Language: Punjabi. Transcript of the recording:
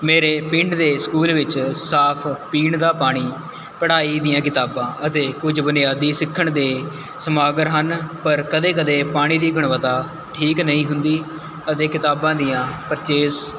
ਮੇਰੇ ਪਿੰਡ ਦੇ ਸਕੂਲ ਵਿੱਚ ਸਾਫ਼ ਪੀਣ ਦਾ ਪਾਣੀ ਪੜ੍ਹਾਈ ਦੀਆਂ ਕਿਤਾਬਾਂ ਅਤੇ ਕੁਝ ਬੁਨਿਆਦੀ ਸਿੱਖਣ ਦੇ ਸਮਾਗਰ ਹਨ ਪਰ ਕਦੇ ਕਦੇ ਪਾਣੀ ਦੀ ਗੁਣਵੱਤਾ ਠੀਕ ਨਹੀਂ ਹੁੰਦੀ ਅਤੇ ਕਿਤਾਬਾਂ ਦੀਆਂ ਪਰਚੇਜ਼